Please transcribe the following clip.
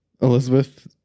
Elizabeth